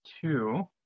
two